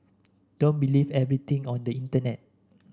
don't believe everything on the internet